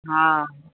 हा